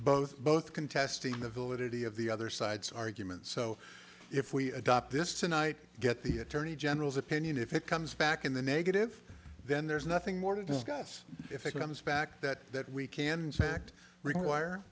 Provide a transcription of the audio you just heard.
both both contesting the validity of the other side's argument so if we adopt this tonight get the attorney general's opinion if it comes back in the negative then there's nothing more to discuss if it becomes fact that we can select require